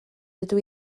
dydw